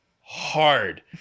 hard